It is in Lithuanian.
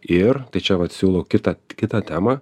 ir tai čia vat siūlau kitą kitą temą